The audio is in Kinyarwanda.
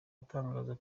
atangaza